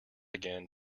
again